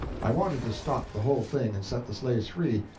i wanted to stop the whole thing and set the slaves free,